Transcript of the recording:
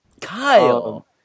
Kyle